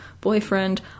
Boyfriend